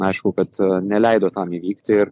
aišku kad neleido tam įvykti ir